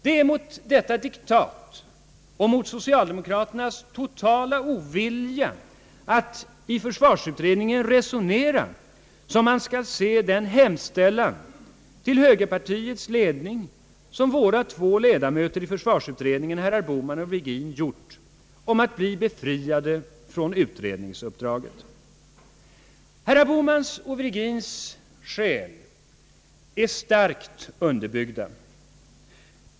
Det är mot detta diktat och mot socialdemokraternas totala ovilja att resonera i försvarsutredningen som man skall se den hemställan till högerpartiets ledning som våra ledamöter i försvarsutredningen, herrar Bohman och Virgin, gjort om att bli befriade från utredningsuppdraget. Herrar Bohmans och Virgins skäl är starkt underbyggda.